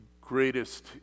greatest